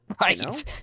Right